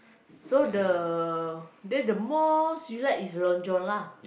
so the the most you like is Long John lah